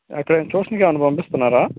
ఎక్కడైనా ట్యూషన్కి ఏమైనా పంపిస్తున్నారా